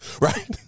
Right